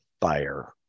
fire